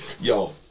yo